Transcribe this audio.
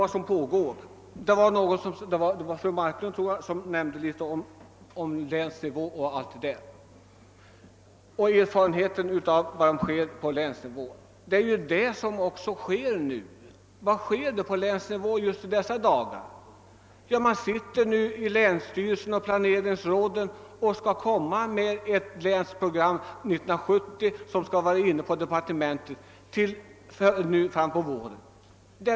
Jag tror att det var fru Marklund som tog upp erfarenheterna av vad som pågår på länsnivå. Där förekommer samma utveckling. I dessa dagar arbetar länsstyrelserna och = planeringsråden med Länsprogram 1970, som skall framläggas för departementet under våren.